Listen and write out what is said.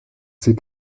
sieht